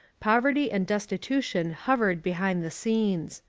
poverty and destitution hovered behind the scenes.